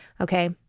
okay